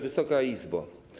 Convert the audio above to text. Wysoka Izbo!